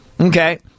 okay